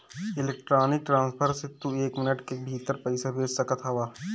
electronic transfer से तू एक मिनट के भीतर पईसा भेज सकत हवअ